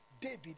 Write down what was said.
David